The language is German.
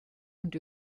und